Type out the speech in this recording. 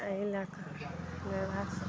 अइ लए कऽ बेबस